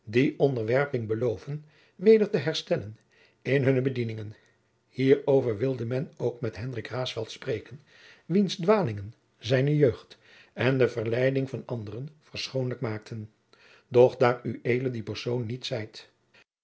onderwerping beloven weder te herstellen in hunne bedieningen hierover wilde men ook met hendrik raesfelt spreken wiens dwalingen zijne jeugd en de verleiding van anderen verschoonlijk maakten doch daar ued die persoon niet zijt